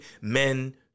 men